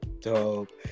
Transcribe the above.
Dope